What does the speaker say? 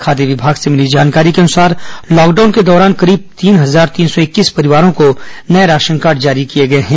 खाद्य विमाग से मिली जानकारी के अनुसार लॉकडाउन के दौरान करीब तीन हजार तीन सौ इक्कीस परिवारों को नए राशन कार्ड जारी किए गए हैं